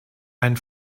ein